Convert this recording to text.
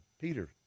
Peter